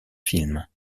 films